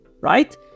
Right